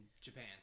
Japan